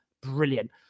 Brilliant